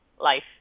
life